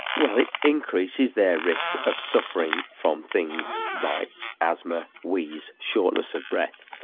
well, it increases their risk of suffering from things like asthma, wheeze, shortness of breath,